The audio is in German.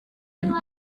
dem